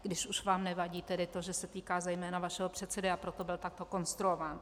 Když už vám nevadí to, že se týká zejména vašeho předsedy, a proto byl takto konstruován.